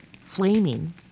flaming